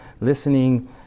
listening